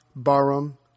Barum